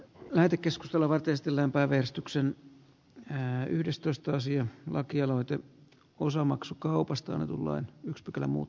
lähetekeskustelu vetistelläänpää veistoksen mää yhdestoista sijan lakialoite osamaksukaupasta tulla yks kylän muut